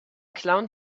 clown